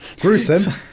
gruesome